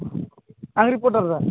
आं रिपर्टार आदा